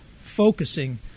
focusing